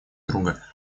друга